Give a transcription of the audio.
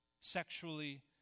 Sexually